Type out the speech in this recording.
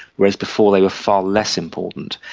whereas before they were far less important.